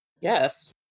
Yes